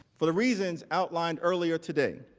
for the reasons outlined earlier today.